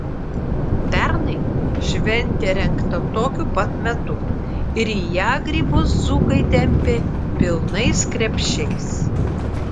pernai šventė rengta tokiu pat metu ir į ją grybus dzūkai tempė pilnais krepšiais